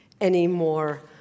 anymore